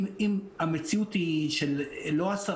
אם המציאות היא לא של 10%,